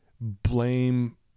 blame